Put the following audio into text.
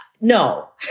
no